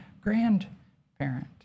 grandparent